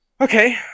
Okay